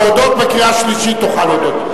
להודות, בקריאה שלישית תוכל להודות.